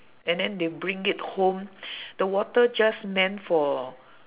and then they bring it home the water just meant for